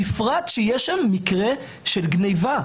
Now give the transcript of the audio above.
בפרט שיש שם מקרה של גניבה?